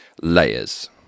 layers